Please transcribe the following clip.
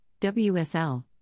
WSL